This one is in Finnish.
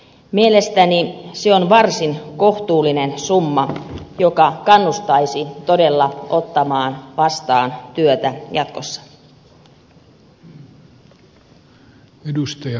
mielestäni se on varsin kohtuullinen summa joka kannustaisi todella ottamaan vastaan työtä jatkossa